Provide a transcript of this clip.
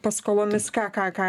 paskolomis ką ką ką